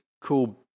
cool